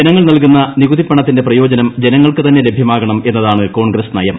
ജനങ്ങൾ നൽകുന്ന നികുതിപ്പണത്തിന്റെ പ്രയോജന് ജനങ്ങൾക്ക് തന്നെ ലഭൃമാകണം എന്നതാണ് കോൺഗ്രസ്സ് നയം